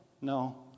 No